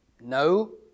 No